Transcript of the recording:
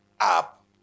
up